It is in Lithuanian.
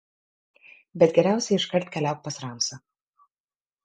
bet geriausiai iškart keliauk pas ramsą